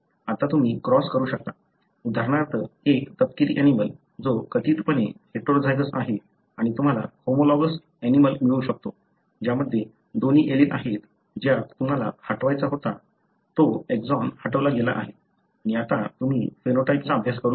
आता तुम्ही क्रॉस करू शकता उदाहरणार्थ एक तपकिरी ऍनिमलं जो कथितपणे हेटेरोझायगस आहे आणि तुम्हाला होमोलॉगस ऍनिमलं मिळू शकतो ज्यामध्ये दोन्ही एलील आहेत ज्यात तुम्हाला हटवायचा होता तो एक्सॉन हटवला गेला आहे आणि आता तुम्ही फिनोटाइपचा अभ्यास करू शकता